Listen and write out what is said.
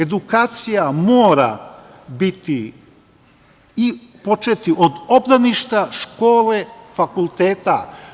Edukacija mora biti i početi od obdaništa, škole, fakulteta.